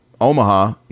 omaha